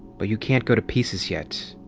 but you can't go to pieces yet.